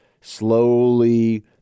slowly